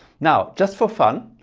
now, just for fun,